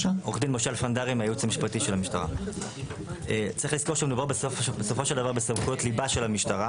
צריך לזכור שמדובר בסופו של דבר בסמכויות ליבה של המשטרה